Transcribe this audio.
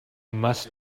must